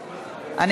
חקיקה),